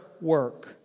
work